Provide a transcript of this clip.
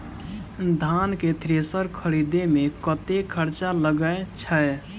धान केँ थ्रेसर खरीदे मे कतेक खर्च लगय छैय?